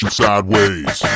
sideways